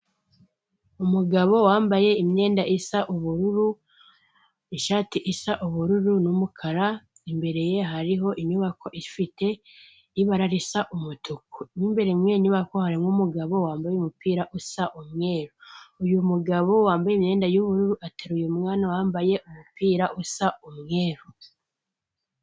umugabo wambaye imyenda isa ubururu ishati isa ubururu n'umukara imbere ye hariho inyubako ifite ibara risa umutuku imbereyubako harimo umugabo wambaye umupira usa umweru uyu mugabo wambaye imyenda yubururu ateruye mwana wambaye umupira usa umweru